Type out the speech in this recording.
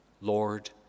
Lord